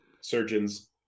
surgeons